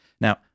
Now